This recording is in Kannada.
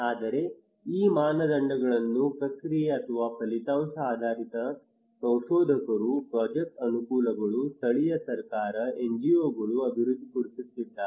ಆದರೆ ಈ ಮಾನದಂಡಗಳನ್ನು ಪ್ರಕ್ರಿಯೆ ಅಥವಾ ಫಲಿತಾಂಶ ಆಧಾರಿತ ಸಂಶೋಧಕರು ಪ್ರಾಜೆಕ್ಟ್ ಅನುಕೂಲಗಳು ಸ್ಥಳೀಯ ಸರ್ಕಾರ NGO ಗಳು ಅಭಿವೃದ್ಧಿಪಡಿಸಿದ್ದಾರೆ